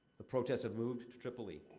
the protests have moved to tripoli.